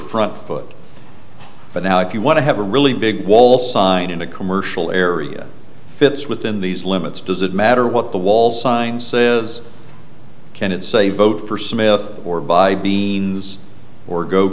front foot but now if you want to have a really big wall sign in a commercial area fits within these limits does it matter what the wall sign says can it say vote for smith or buy beans or go